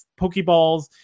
Pokeballs